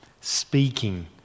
Speaking